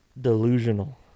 delusional